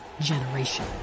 generation